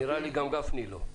נראה לי שגם גפני לא.